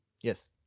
yes